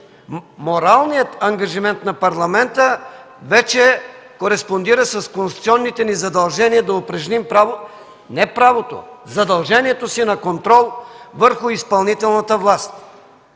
моралният ангажимент на Парламента вече кореспондира с конституционните ни задължения да упражним задължението си на контрол върху изпълнителната власт.